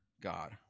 God